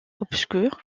obscures